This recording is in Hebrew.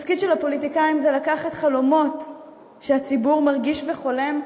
התפקיד של הפוליטיקאים זה לקחת חלומות שהציבור מרגיש וחולם,